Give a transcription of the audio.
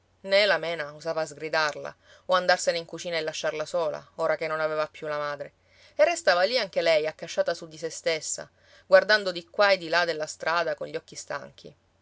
né la mena osava sgridarla o andarsene in cucina e lasciarla sola ora che non aveva più la madre e restava lì anche lei accasciata su di sé stessa guardando di qua e di là della strada con gli occhi stanchi